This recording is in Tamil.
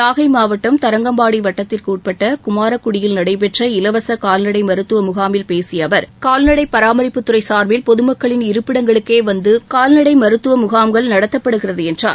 நாகை மாவட்டம் தரங்கம்பாடி வட்டத்திற்குபட்பட்ட குமாரகுடியில் நடைபெற்ற இலவச கால்நடை மருத்துவ முகாமில் பேசிய அவர் கால்நடை பராமரிப்புத் துறை சார்பில் பொதமக்களின் இருப்பிடங்களுக்கே வந்து கால்நடை மருத்துவ முகாம்கள் நடத்தப்படுகிறது என்றார்